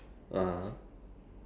no as in when when